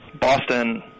Boston